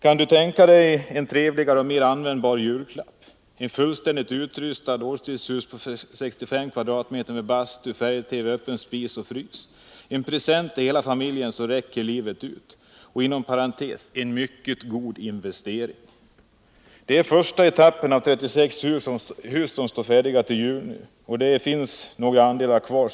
——- Kan du tänka dig en trevligare och mer användbar julklapp. Ett fullständigt utrustat Årstidshus på 65 kvm med bastu, färg-TV, öppen spis och frys. En present till hela familjen som räcker livet ut. Och inom parentes en mycket god investering. Den första etappens 36 hus står färdiga nu till jul. Det finns några andelar kvar.